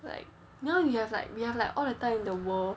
like now you have like we have like all the time in the world